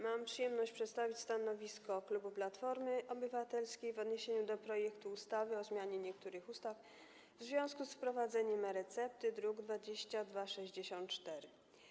Mam przyjemność przedstawić stanowisko klubu Platformy Obywatelskiej w odniesieniu do projektu ustawy o zmianie niektórych ustaw w związku z wprowadzeniem e-recepty, druk nr 2264.